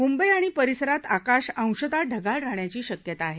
मुंबई आणि परिसरात आकाश अंशतः ढगाळ राहण्याची शक्यता आहे